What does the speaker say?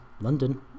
London